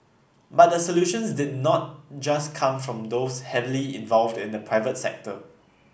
but the solutions did not just come from those heavily involved in the private sector